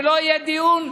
זה לא יהיה דיון,